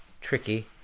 tricky